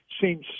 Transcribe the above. seems